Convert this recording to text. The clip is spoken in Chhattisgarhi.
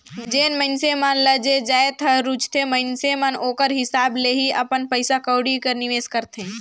जेन मइनसे मन ल जे जाएत हर रूचथे मइनसे मन ओकर हिसाब ले ही अपन पइसा कउड़ी कर निवेस करथे